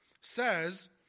says